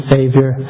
Savior